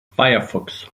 firefox